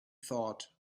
thought